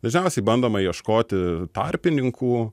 dažniausiai bandoma ieškoti tarpininkų